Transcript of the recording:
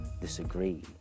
disagree